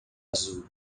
azul